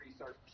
research